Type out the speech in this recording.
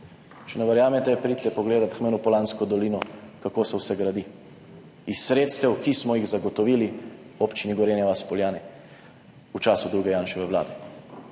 Če ne verjamete, pridite pogledat k meni v Poljansko dolino, kako se vse gradi iz sredstev, ki smo jih zagotovili v občini Gorenja vas - Poljane v času druge Janševe vlade. Dajte